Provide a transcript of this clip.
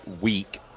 week